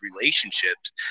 relationships